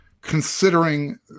considering